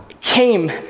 came